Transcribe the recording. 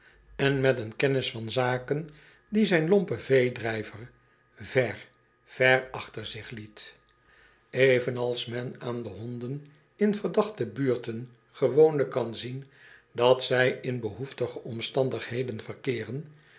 en met een kennis van zaken die zijn lompen veedrijver ver verachter zich liet evenals men aan de honden in verdachte buurten gewoonlijk kan zien dat zy in behoeftige omstandigheden verkeeren